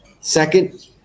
Second